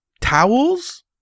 Towels